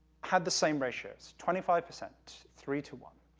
had the same ratios, twenty five percent, three to one.